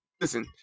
Listen